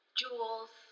jewels